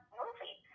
movie